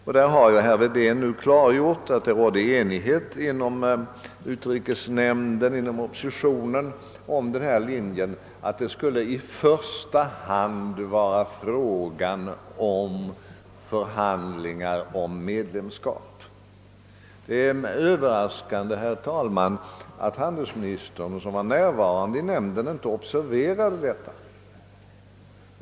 På den punkten har herr Wedén klargjort, att det inom oppositionen rådde enighet i utrikesnämnden om linjen att det i första hand skulle vara fråga om förhandlingar om eventuellt medlemskap. Det är, herr talman, överraskande, att handelsministern, som var närvarande i nämnden, inte observerade detta.